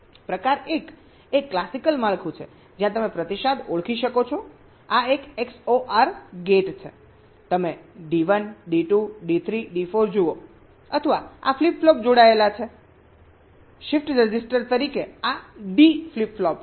પ્રકાર એક એ ક્લાસિકલ માળખું છે જ્યાં તમે પ્રતિસાદ ઓળખી શકો છો આ એક XOR ગેટ છે તમે D1 D2 D3 D4 જુઓ અથવા આ ફ્લિપ ફ્લોપ જોડાયેલા છે શિફ્ટ રજિસ્ટર તરીકે આ ડી ફ્લિપ ફ્લોપ છે